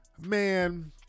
Man